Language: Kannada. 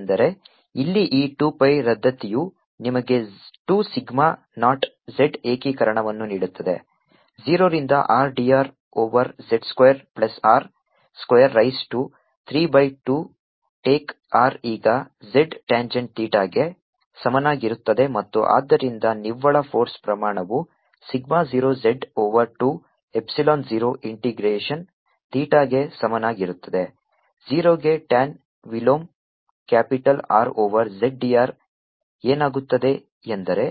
ಏಕೆಂದರೆ ಇಲ್ಲಿ ಈ 2 pi ರದ್ದತಿಯು ನಿಮಗೆ 2 ಸಿಗ್ಮಾ ನಾಟ್ z ಏಕೀಕರಣವನ್ನು ನೀಡುತ್ತದೆ 0 ರಿಂದ R dr over z square plus r square raise to 3 by 2 take r ಈಗ z ಟ್ಯಾಂಜೆಂಟ್ ಥೀಟಾಗೆ ಸಮನಾಗಿರುತ್ತದೆ ಮತ್ತು ಆದ್ದರಿಂದ ನಿವ್ವಳ ಫೋರ್ಸ್ ಪ್ರಮಾಣವು sigma 0 z over 2 epsilon 0 integration ಥೀಟಾಗೆ ಸಮನಾಗಿರುತ್ತದೆ 0 ಗೆ tan ವಿಲೋಮ ಕ್ಯಾಪಿಟಲ್ R ಓವರ್ zdr ಏನಾಗುತ್ತದೆ ಎಂದರೆ